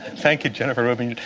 thank you, jennifer rubin.